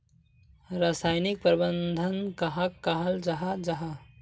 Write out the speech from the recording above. रासायनिक प्रबंधन कहाक कहाल जाहा जाहा?